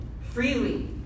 freely